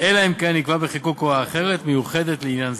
אלא אם כן נקבעה בחיקוק הוראה אחרת מיוחדת לעניין זה.